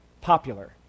popular